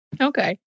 Okay